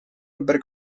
ümber